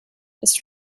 das